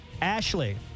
Ashley